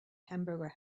hamburger